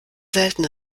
selten